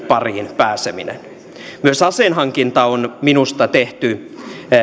pariin pääseminen myös aseen hankinta on minusta tehty